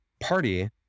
party